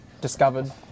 discovered